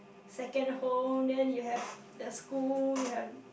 second home then you have the school you have